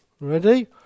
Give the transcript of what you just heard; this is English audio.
Ready